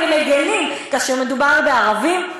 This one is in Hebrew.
אתם מגנים כאשר מדובר בערבים,